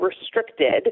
restricted